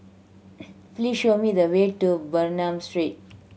please show me the way to Bernam Street